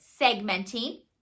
segmenting